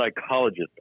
psychologist